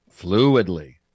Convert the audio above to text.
fluidly